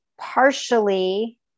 partially